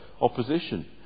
opposition